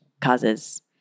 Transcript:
causes